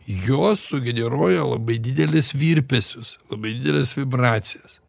jos sugeneruoja labai didelis virpesius labai dideles vibracijas